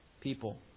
people